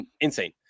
insane